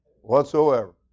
whatsoever